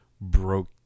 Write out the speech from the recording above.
broke